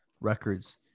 records